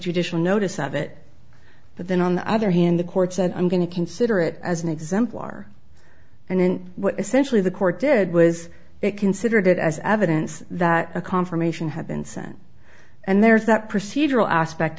judicial notice of it but then on the other hand the court said i'm going to consider it as an exemplar and what essentially the court did was they consider it as evidence that a confirmation had been sent and there's that procedural aspect